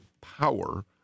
power